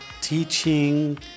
teaching